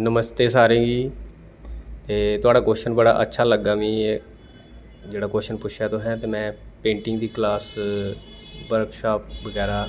नमस्ते सारें गी ते तोहाड़ा कोशन बड़ा अच्छा लग्गा मी एह् जेह्ड़ा कोशन पुच्छेआ तुसें ते में पेंटिंग दी क्लास बर्कशाप बगैरा